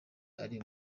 ari